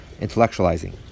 intellectualizing